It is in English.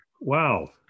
Wow